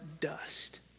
dust